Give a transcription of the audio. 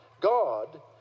God